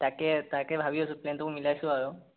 তাকে তাকে ভাবি আছোঁ প্লেনটো মই মিলাইছোঁ আৰু